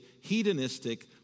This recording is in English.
hedonistic